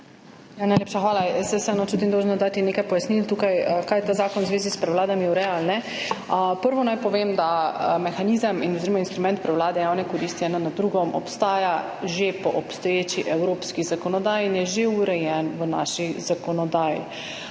hvala. Jaz se vseeno čutim dolžno dati tukaj nekaj pojasnil, kaj ta zakon v zvezi s prevladami ureja ali ne. Prvo naj povem, da mehanizem oziroma instrument prevlade ene javne koristi nad drugo obstaja že po obstoječi evropski zakonodaji in je že urejen v naši zakonodaji.